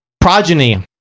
progeny